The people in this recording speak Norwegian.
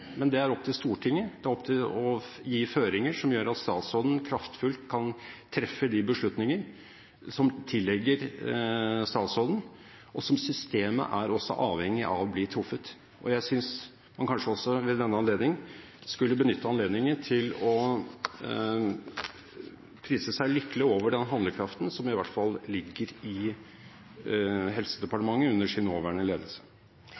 Men det er opp til Stortinget å gi føringer som gjør at statsråden kraftfullt kan treffe de beslutninger som tilligger statsråden, og som systemet også er avhengig av blir truffet. Jeg synes man kanskje også ved denne anledning skulle benytte anledningen til å prise seg lykkelig over den handlekraften som i hvert fall ligger i Helse- og omsorgsdepartementet under dets nåværende ledelse.